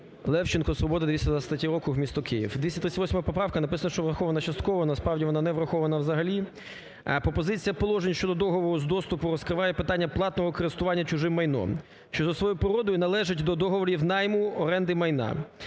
Левченко, "Свобода", 223 округ, місто Київ. 238 поправка, написано, що врахована частково. Насправді вона не врахована взагалі. Пропозиція положень щодо договору з доступу розкриває питання платного користування чужим майном, що за своєю природою належить до договорів найму, оренди майна.